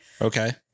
Okay